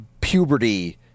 puberty